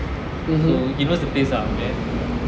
so he knows the place lah okay